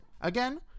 Again